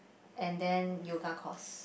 and then yoga course